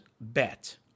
bet